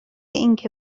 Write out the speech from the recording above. اینکه